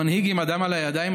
המנהיג עם הדם על הידיים,